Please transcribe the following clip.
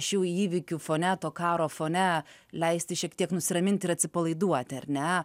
šių įvykių fone to karo fone leisti šiek tiek nusiraminti ir atsipalaiduoti ar ne